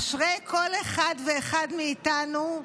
אשרי כל אחד ואחד מאיתנו,